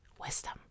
Wisdom